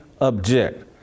object